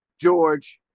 George